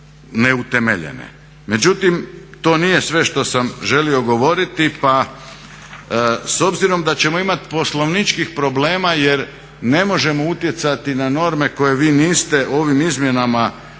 Međutim, to nije sve što sam želio govoriti pa s obzirom da ćemo imati poslovničkih problema jer ne možemo utjecati na norme koje vi niste ovim izmjenama dirali